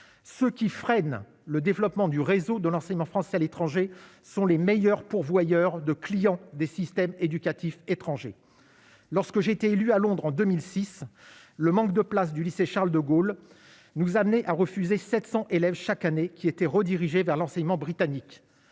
ce qui freine le développement du réseau de l'enseignement français à l'étranger sont les meilleurs pourvoyeurs de clients des systèmes éducatifs étrangers lorsque j'ai été élu à Londres en 2006 le manque de place du lycée Charles-de-Gaulle nous amener à refuser 700 élèves chaque année, qui étaient redirigés vers l'enseignement britannique